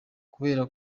kubera